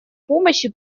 помощи